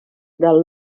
del